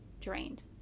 drained